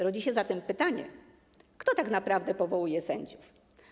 Rodzi się zatem pytanie, kto tak naprawdę powołuje sędziów.